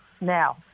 Now